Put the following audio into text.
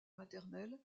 maternelle